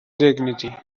dignity